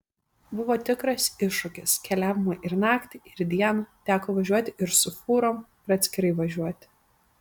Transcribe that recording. buvo tikras iššūkis keliavome ir naktį ir dieną teko važiuoti ir su fūrom ir atskirai važiuoti